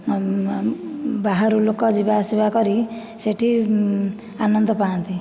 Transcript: ବାହାରୁ ଲୋକ ଯିବାଆସିବା କରି ସେଇଠି ଆନନ୍ଦ ପାଆନ୍ତି